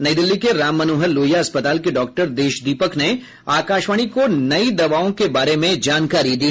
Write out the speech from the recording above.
नई दिल्ली के राम मनोहर लोहिया अस्पताल के डॉक्टर देश दीपक ने आकाशवाणी को नई दवाओं के बारे में जानकारी दी